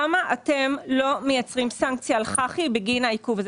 למה אתם לא מייצרים סנקציה על חח"י בגין העיכוב הזה?